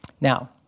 Now